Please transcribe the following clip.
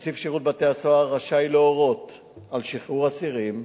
נציב שירות בתי-הסוהר רשאי להורות על שחרור אסירים